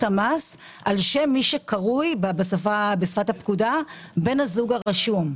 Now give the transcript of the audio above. המס על שם מי שקרוי בשפת הפקודה בן הזוג הרשום.